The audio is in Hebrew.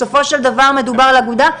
בסופו של דבר מדובר על אגודה.